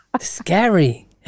scary